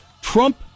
Trump